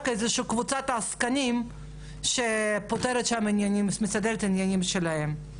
איזה שהיא קבוצת עסקנים שמסדרת את העניינים שלהם.